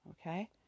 Okay